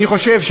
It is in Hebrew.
אני חושב,